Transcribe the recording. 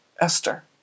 Esther